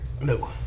No